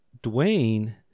Dwayne